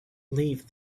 leave